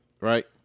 right